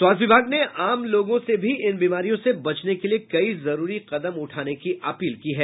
स्वास्थ्य विभाग ने आम लोगों से भी इन बीमारियों से बचने के लिए कई जरूरी कदम उठाने की अपील की है